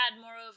moreover